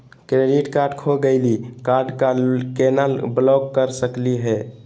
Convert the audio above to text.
Credit card खो गैली, card क केना ब्लॉक कर सकली हे?